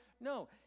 No